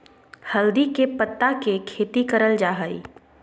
हल्दी के पत्ता के खेती करल जा हई